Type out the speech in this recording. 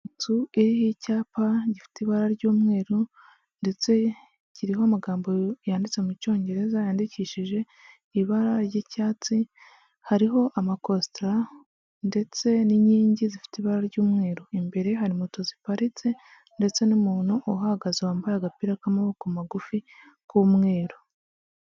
Inzu iriho icyapa gifite ibara ry'umweru ndetse kiriho amagambo yanditse mu cyongereza, yandikishije ibara ry'icyatsi, hariho amakositara ndetse n'inkingi zifite ibara ry'umweru, imbere hari moto ziparitse ndetse n'umuntu uhahagaze wambaye agapira k'amaboko magufi k'umweru.